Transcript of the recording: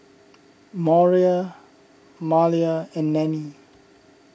Maura Malia and Nannie